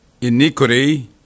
iniquity